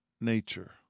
nature